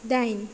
दाइन